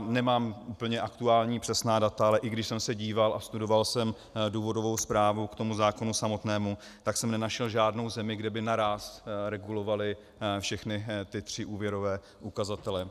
Nemám úplně aktuální přesná data, ale i když jsem se díval a studoval jsem důvodovou zprávu k tomu zákonu samotnému, tak jsem nenašel žádnou zemi, kde by naráz regulovali všechny ty tři úvěrové ukazatele.